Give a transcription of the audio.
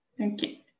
Okay